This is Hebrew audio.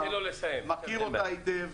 לשמחתי,